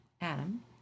Adam